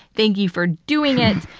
thank you for doing it.